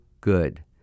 good